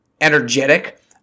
energetic